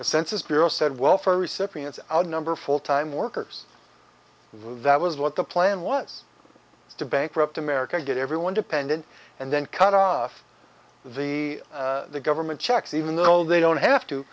the census bureau said welfare recipients outnumber full time workers that was what the plan was to bankrupt america get everyone dependent and then cut off the government checks even though they don't have to